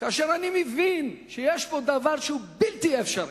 כאשר אני מבין שיש פה דבר בלתי אפשרי,